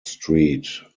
street